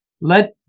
let